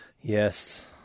Yes